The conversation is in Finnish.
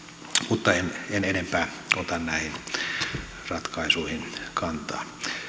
mutta en enempää ota näihin ratkaisuihin kantaa